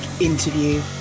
interview